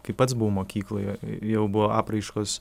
kaip pats buvau mokykloje jau buvo apraiškos